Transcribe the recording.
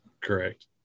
correct